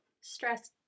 stress